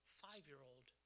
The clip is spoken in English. five-year-old